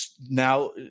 now